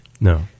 No